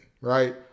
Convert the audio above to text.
right